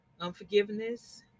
unforgiveness